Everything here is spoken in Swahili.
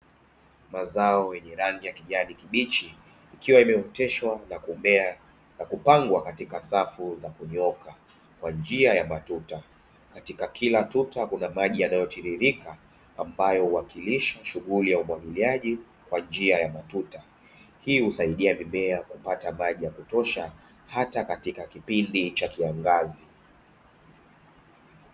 Mazao yenye rangi ya kijani kibichi ikiwa imeoteshwa na kumea na kupangwa katika safu za kunyooka kwa njia ya matuta katika kila tuta kuna maji yanatiririka ambayo huwakilisha shughuli ya umwagiliaji kwa njia ya matuta hii husaidia mimea kupata maji ya kutosha hata katika kipindi cha kiangazi.